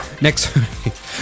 next